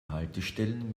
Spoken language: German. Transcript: haltestellen